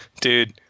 Dude